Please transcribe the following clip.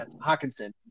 Hawkinson